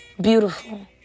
beautiful